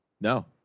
No